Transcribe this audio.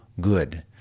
good